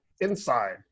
inside